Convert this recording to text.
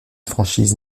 franchise